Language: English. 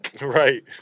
Right